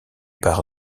par